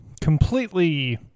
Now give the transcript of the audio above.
completely